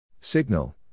Signal